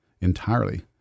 entirely